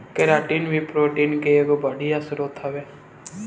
keratin भी protein के एगो बढ़िया स्रोत हवे